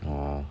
orh